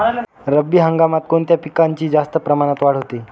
रब्बी हंगामात कोणत्या पिकांची जास्त प्रमाणात वाढ होते?